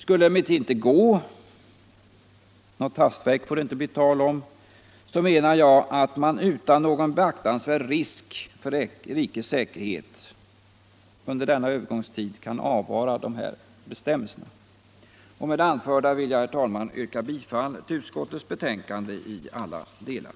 Skulle det emellertid inte gå — något hastverk får det ju inte bli tal om — menar jag att man utan någon beaktansvärd risk för rikets säkerhet under denna övergångstid kan avvara de nuvarande bestämmelserna. Med det anförda yrkar jag, herr talman, bifall till utskottets hemställan på alla punkter.